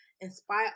Inspire